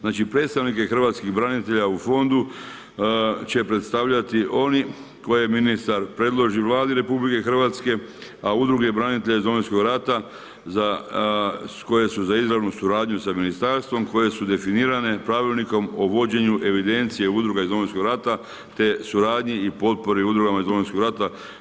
Znači, predstavnike hrvatskih branitelja u Fondu će predstavljati oni koje ministar predloži Vladi RH, a udruge branitelja iz Domovinskog rata koje su za izravnu suradnju sa Ministarstvom koje su definirane pravilnikom o vođenju evidencije udruga iz Domovinskog rata te suradnji i potpori udrugama iz Domovinskog rata.